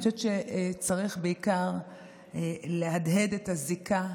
אני חושבת שצריך בעיקר להדהד את הזיקה,